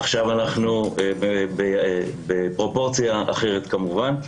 עכשיו אנחנו בפרופורציה אחרת כמובן.